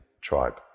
Tribe